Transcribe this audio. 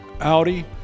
Audi